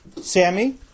Sammy